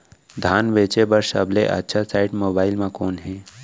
धान बेचे बर सबले अच्छा साइट मोबाइल म कोन हे?